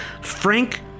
Frank